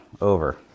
over